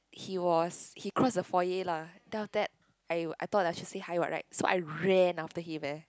he was he cross the foyer lah then after that I I thought I should say hi what right so I ran after him eh